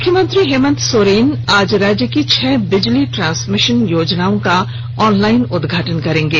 मुख्यमंत्री हेमंत सोरेन आज राज्य की छह बिजली ट्रांसमिशन योजनाओं का ऑनलाईन उदघाटन करेंगे